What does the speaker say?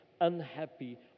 unhappy